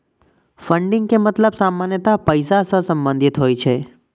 funding के मतलब सामान्यतः पैसा सं संबंधित होइ छै